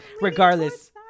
regardless